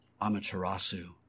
Amaterasu